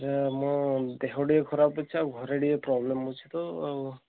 ଏ ମୋ ଦେହ ଟିକିଏ ଖରାପ ଅଛି ଆଉ ଘରେ ଟିକିଏ ପ୍ରୋବ୍ଲେମ୍ ଅଛି ତ ଆଉ